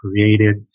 created